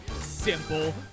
simple